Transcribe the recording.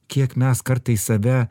kiek mes kartais save